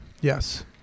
yes